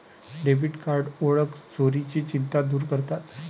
debit card ओळख चोरीची चिंता दूर करतात